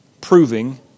proving